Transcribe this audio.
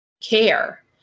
care